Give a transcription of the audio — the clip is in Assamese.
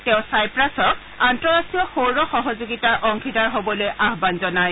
তেওঁ ছাইপ্ৰাছক আন্তঃৰাট্টীয় সৌৰ সহযোগিতাৰ অংশীদাৰ হবলৈ অহান জনায়